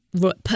put